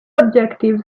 objectives